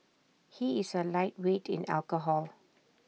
he is A lightweight in alcohol